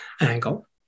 angle